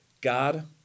God